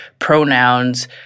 Pronouns